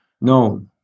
No